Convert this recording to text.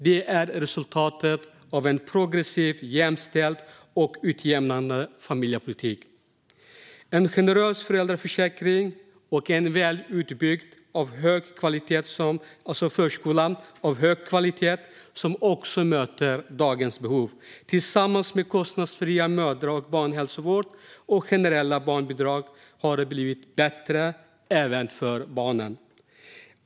Det är resultatet av en progressiv, jämställd och utjämnande familjepolitik, en generös föräldraförsäkring och en välutbyggd förskola av hög kvalitet som möter dagens behov. Tillsammans med kostnadsfri mödra och barnhälsovård och generella barnbidrag har det blivit bättre, även för barnen.